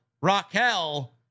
Raquel